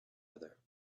other